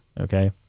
Okay